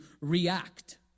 react